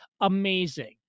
amazing